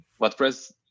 WordPress